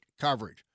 coverage